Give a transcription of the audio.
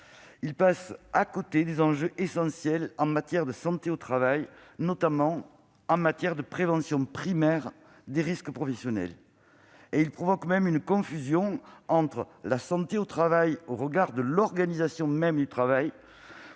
il passe à côté d'enjeux essentiels en matière de santé au travail, surtout en ce qui concerne la prévention primaire des risques professionnels ; il provoque même une confusion entre la santé au travail au regard de l'organisation du travail-